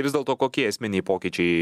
vis dėlto kokie esminiai pokyčiai